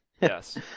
yes